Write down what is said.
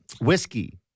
whiskey